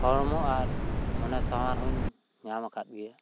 ᱦᱚᱲᱢᱚ ᱟᱨ ᱢᱚᱱᱮ ᱥᱟᱶᱟᱨ ᱦᱚᱧ ᱧᱟᱢ ᱟᱠᱟᱫ ᱜᱮᱭᱟ